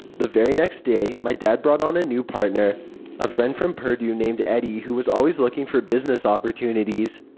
the very next day, my dad brought on a new partner a friend from purdue named eddie who was always looking for business opportunities.